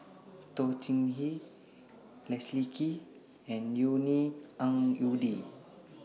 Toh Chin Chye Leslie Kee and Yvonne Ng Uhde